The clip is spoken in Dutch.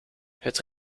het